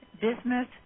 bismuth